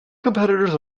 competitors